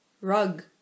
Rug